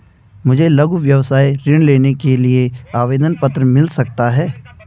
मुझे लघु व्यवसाय ऋण लेने के लिए आवेदन पत्र मिल सकता है?